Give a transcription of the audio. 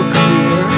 clear